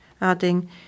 adding